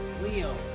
Leo